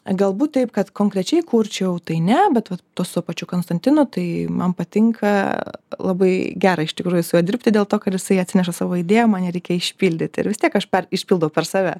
galbūt taip kad konkrečiai kurčiau tai ne bet vat tuo su pačiu konstantinu tai man patinka labai gera iš tikrųjų su juo dirbti dėl to kad jisai atsineša savo idėją man ją reikia išpildyti ir vis tiek aš per išpildau per save